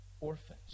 orphans